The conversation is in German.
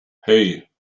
hei